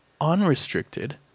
unrestricted